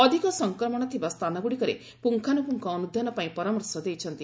ଅଧିକ ସଂକ୍ରମଣ ଥିବା ସ୍ଥାନଗୁଡ଼ିକରେ ପୁଙ୍ଗାନୁପୁଙ୍ଗ ଅନୁଧ୍ୟାନ ପାଇଁ ପରାମର୍ଶ ଦେଇଛନ୍ତି